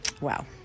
Wow